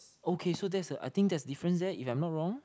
okay so that's a I think that's a difference there if I'm not wrong